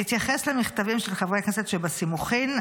בהתייחס למכתבים של חברי הכנסת שבסימוכין,